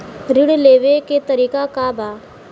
ऋण लेवे के तरीका का बा?